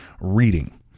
reading